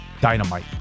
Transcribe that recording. Dynamite